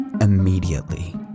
immediately